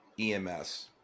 EMS